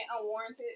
unwarranted